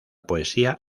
poesía